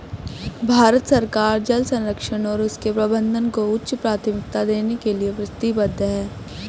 भारत सरकार जल संरक्षण और उसके प्रबंधन को उच्च प्राथमिकता देने के लिए प्रतिबद्ध है